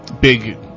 big